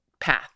path